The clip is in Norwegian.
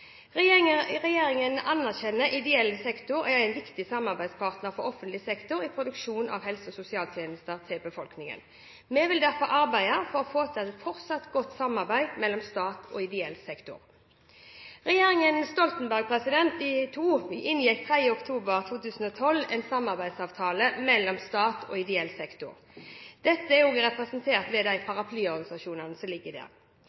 vil derfor arbeide for å få til et fortsatt godt samarbeid mellom staten og ideell sektor. Regjeringen Stoltenberg II inngikk 3. oktober 2012 en samarbeidsavtale mellom staten og ideell sektor, dette representert ved paraplyorganisasjonene. Denne regjeringen ønsker å ha en god dialog med ideell sektor for å drøfte sentrale spørsmål og